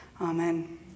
Amen